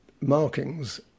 markings